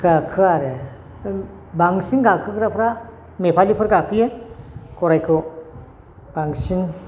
गाखोआ आरो बांसिन गाखोग्राफ्रा नेपालिफोर गाखोयो गरायखौ बांसिन